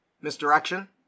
Misdirection